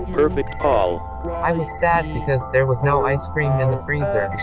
perfect paul i was sad because there was no ice cream in the freezer